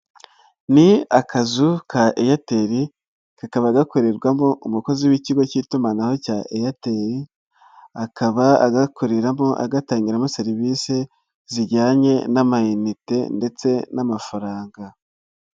Ni akazu ka Airtel kakaba gakorerwamo umukozi w'ikigo cy'itumanaho cya Airtel, akaba agakoreramo agatangiramo serivisi zijyanye n'amayite ndetse n'amafaranga.